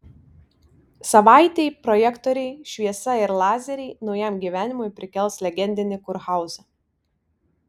savaitei projektoriai šviesa ir lazeriai naujam gyvenimui prikels legendinį kurhauzą